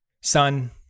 Son